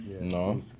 No